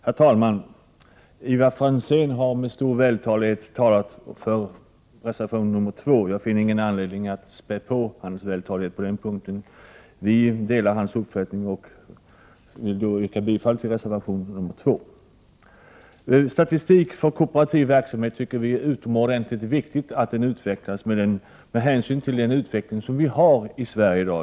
Herr talman! Ivar Franzén har med stor vältalighet talat för reservation 2. Jag finner ingen anledning att spä på hans vältalighet på den punkten. Vi delar hans uppfattning, och jag yrkar bifall till reservation 2. Statistik över kooperativ verksamhet tycker vi är utomordentligt viktig att ha, med hänsyn till den utveckling som sker i Sverige i dag.